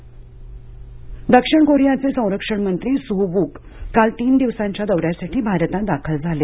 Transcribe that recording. Korea मंत्री दक्षिण कोरियाचे संरक्षण मंत्री सुह वूक काल तीन दिवसांच्या दौऱ्यासाठी भारतात दाखल झाले